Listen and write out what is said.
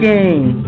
Game